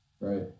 right